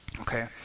okay